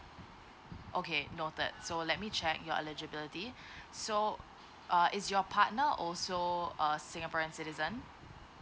okay noted so let me check your eligibility so err is your partner also a singaporean citizen